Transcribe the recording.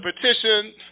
petition